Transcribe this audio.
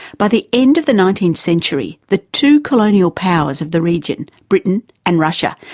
by the end of the nineteenth century the two colonial powers of the region, britain and russia,